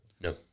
No